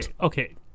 okay